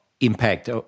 impact